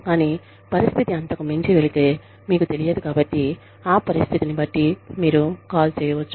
కానీ పరిస్థితి అంతకు మించి వెళితే మీకు తెలియదు కాబట్టి ఆ పరిస్థితిని బట్టి మీరు కాల్ చేయవచ్చు